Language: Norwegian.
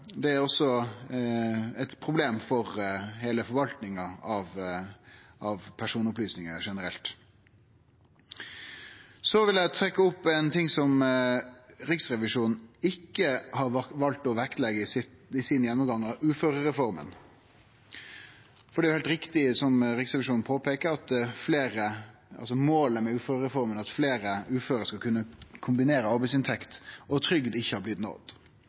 det er òg eit problem for heile forvaltinga av personopplysningar generelt. Eg vil trekkje opp noko som Riksrevisjonen ikkje har valt å vektleggje i sin gjennomgang av uførereforma. Det er heilt riktig som Riksrevisjonen peikar på, at målet med uførereforma om at fleire uføre skal kunne kombinere arbeidsinntekt og trygd, ikkje har blitt nådd.